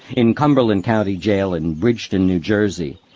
in cumberland county jail in bridgeton, new jersey,